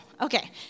Okay